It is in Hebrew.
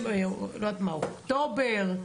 אוקטובר,